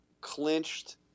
clinched